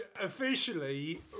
officially